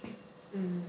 um